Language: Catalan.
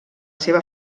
seva